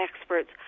experts